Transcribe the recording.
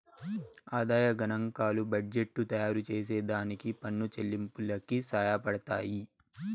ఆదాయ గనాంకాలు బడ్జెట్టు తయారుచేసే దానికి పన్ను చెల్లింపులకి సహాయపడతయ్యి